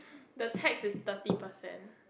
the tax is thirty percent